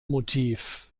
motiv